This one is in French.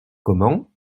comment